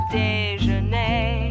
déjeuner